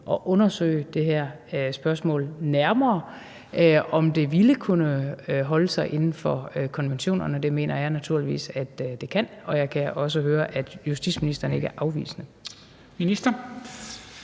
at undersøge det her spørgsmål nærmere, og om det ville kunne holde sig inden for konventionerne? Det mener jeg naturligvis at det kan, og jeg kan også høre, at justitsministeren ikke er afvisende.